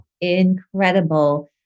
incredible